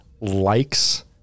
likes